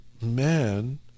man